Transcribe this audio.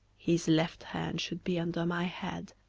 his left hand should be under my head,